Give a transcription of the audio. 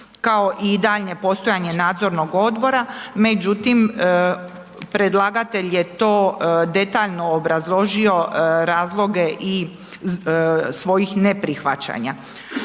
kao i daljnje postojanje nadzornog odbora, međutim predlagatelj je to detaljno obrazložio razloge svojih neprihvaćanja.